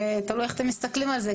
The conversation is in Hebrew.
תלוי איך אתם מסתכלים על זה,